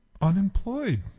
unemployed